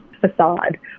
facade